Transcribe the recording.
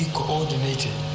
coordinated